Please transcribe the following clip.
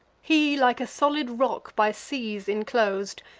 he, like a solid rock by seas inclos'd,